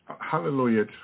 hallelujah